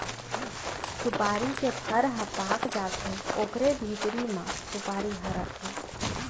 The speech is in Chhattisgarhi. सुपारी के फर ह पाक जाथे ओकरे भीतरी म सुपारी ह रथे